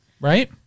Right